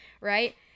right